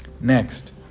Next